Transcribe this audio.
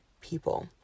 people